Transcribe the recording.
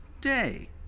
day